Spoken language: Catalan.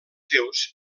seus